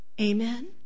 Amen